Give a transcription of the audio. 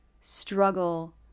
struggle